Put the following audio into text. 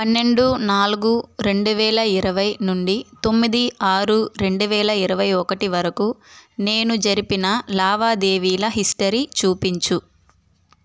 పన్నెండు నాలుగు రెండు వేల ఇరవై నుండి తొమ్మిది ఆరు రెండు వేల ఇరవై ఒకటి వరకు నేను జరిపిన లావాదేవీల హిస్టరీ చూపించు